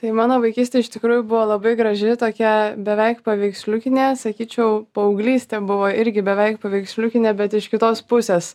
tai mano vaikystė iš tikrųjų buvo labai graži tokia beveik paveiksliukinė sakyčiau paauglystė buvo irgi beveik paveiksliukinė bet iš kitos pusės